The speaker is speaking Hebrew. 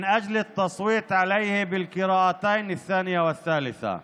להצבעה עליו בשתי הקריאות, השנייה והשלישית.